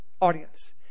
audience